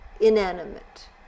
inanimate